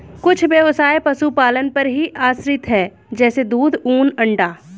कुछ ब्यवसाय पशुपालन पर ही आश्रित है जैसे दूध, ऊन, अंडा